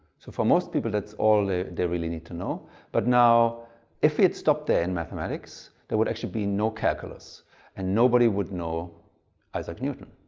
so for most people that's all ah they really need to know but now if we had stopped there in mathematics there would actually be no calculus and nobody would know isaac newton.